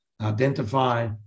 identify